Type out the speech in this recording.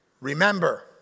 Remember